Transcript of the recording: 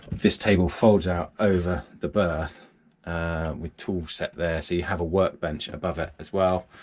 this table folds out over the berth with tools set there, so you have a workbench above it as well,